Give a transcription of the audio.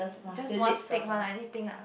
just one stick one anything ah